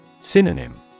Synonym